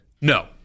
No